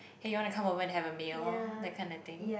hey you want to come over to have a meal that kind of thing